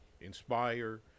inspire